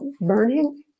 burning